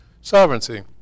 sovereignty